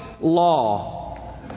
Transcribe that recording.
law